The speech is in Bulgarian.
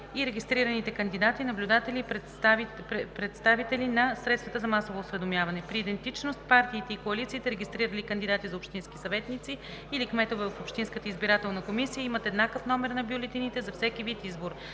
и регистрираните кандидати, наблюдатели и представители на средствата за масово осведомяване. При идентичност партиите и коалициите, регистрирали кандидати за общински съветници или кметове в общинската избирателна комисия, имат еднакъв номер на бюлетините за всеки вид избор,